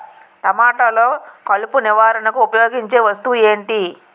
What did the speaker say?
టమాటాలో కలుపు నివారణకు ఉపయోగించే వస్తువు ఏంటి?